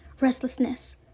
restlessness